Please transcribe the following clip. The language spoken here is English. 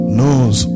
knows